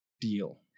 deal